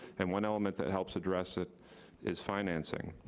and one element that helps address it is financing.